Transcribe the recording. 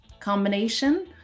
combination